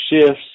shifts